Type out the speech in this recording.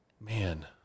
Man